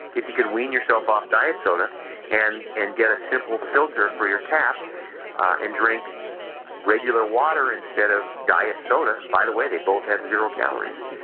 if you could wean yourself off of diet soda and and get a simple filter for your cap and drink regular water instead of diet soda, and by the way they both have zero calories,